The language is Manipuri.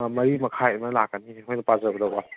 ꯑꯥ ꯃꯔꯤ ꯃꯈꯥꯏ ꯑꯗꯨꯃꯥꯏꯅ ꯂꯥꯛꯀꯅꯤ ꯑꯩꯈꯣꯏꯅ ꯄꯥꯖꯕꯗꯀꯣ